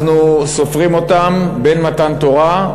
אנחנו סופרים אותם בין מתן תורה,